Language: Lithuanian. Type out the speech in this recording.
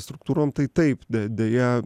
struktūrom tai taip de deja